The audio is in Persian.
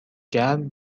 گرم